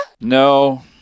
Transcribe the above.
No